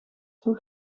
hoe